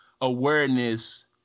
awareness